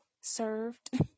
served